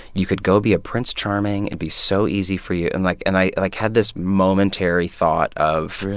you could go be a prince charming. it'd and be so easy for you. and, like, and i, like, had this momentary thought of. really.